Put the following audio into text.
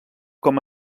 com